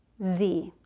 z.